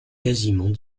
quasiment